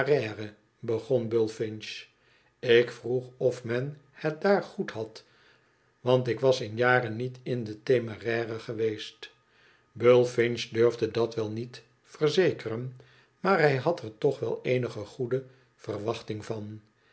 begon bullfinch ik vroeg of men het daar goed had want ik was in jaren niet in de temeraire geweest bullfinch durfde dat wel niet verzekeren maar hij had er toch wel eenige goede verwachting van